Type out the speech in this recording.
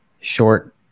short